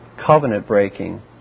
covenant-breaking